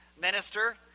minister